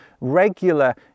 regular